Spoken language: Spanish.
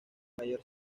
mayor